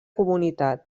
comunitat